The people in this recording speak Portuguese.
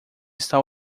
está